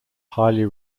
highly